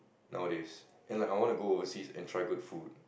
nowadays and like I want to go overseas and try good food